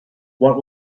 what